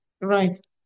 Right